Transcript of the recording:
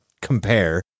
compare